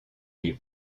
lieu